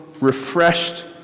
refreshed